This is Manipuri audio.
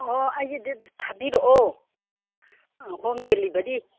ꯑꯣ ꯑꯩꯁꯦ ꯊꯥꯕꯤꯔꯛꯑꯣ ꯍꯣꯝ ꯗꯦꯂꯤꯕꯔꯤ